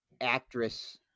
actress